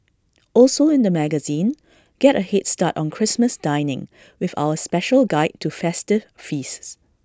also in the magazine get A Head start on Christmas dining with our special guide to festive feasts